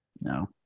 No